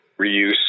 reuse